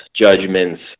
judgments